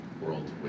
world